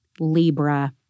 Libra